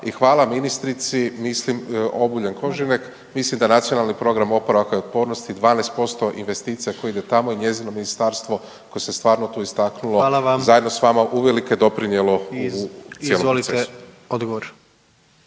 i hvala ministrici mislim Obuljen Koržinek i mislim da NPOO 12% investicija koje idu tamo i njezino ministarstvo koje se stvarno tu istaknulo zajedno s vama uvelike je doprinjelo u cijelom procesu. **Jandroković,